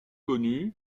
connu